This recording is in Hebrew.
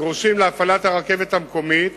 הדרושים להפעלת הרכבת המקומית